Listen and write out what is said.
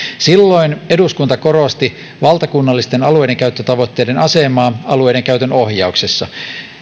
silloin eduskunta korosti valtakunnallisten alueidenkäyttötavoitteiden asemaa alueidenkäytön ohjauksessa